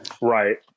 Right